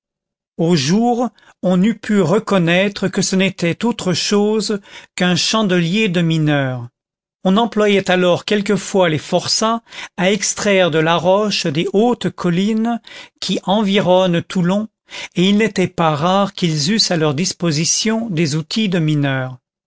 au jour on eût pu reconnaître que ce n'était autre chose qu'un chandelier de mineur on employait alors quelquefois les forçats à extraire de la roche des hautes collines qui environnent toulon et il n'était pas rare qu'ils eussent à leur disposition des outils de mineur